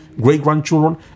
great-grandchildren